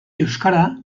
euskara